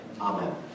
Amen